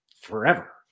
forever